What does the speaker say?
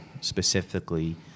specifically